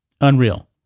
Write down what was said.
Unreal